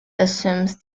assumes